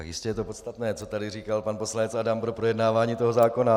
Jistě je to podstatné, co tady říkal pan poslanec Adam pro projednávání toho zákona.